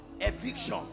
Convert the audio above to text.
eviction